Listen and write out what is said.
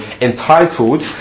entitled